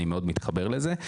אני מאוד מתחבר לזה.